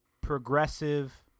progressive